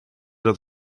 dat